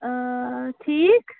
آ ٹھیٖک